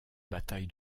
bataille